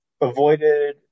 avoided